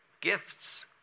gifts